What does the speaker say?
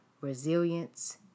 resilience